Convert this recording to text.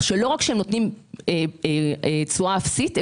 לא רק שהם נותנים תשואה אפסית,